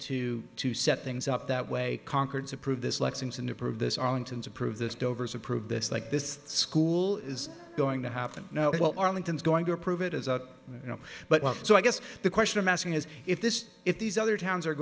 to to set things up that way concords approve this lexington approve this arlington's approve this dover's approve this like this school is going to happen now well arlington is going to approve it as a you know but well so i guess the question i'm asking is if this if these other towns are